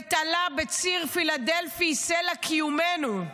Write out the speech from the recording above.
הוא תלה בציר פילדלפי את סלע קיומנו.